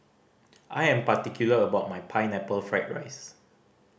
I am particular about my Pineapple Fried rice